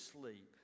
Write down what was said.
sleep